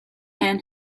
and